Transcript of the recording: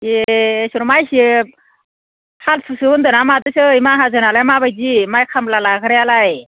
ए इस्वर मा एसे फालथुसो होन्दों ना माथोसै माहाजोनलाय मा बायदि माय खामला लाग्रायालाय